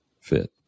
fit